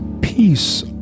peace